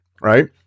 right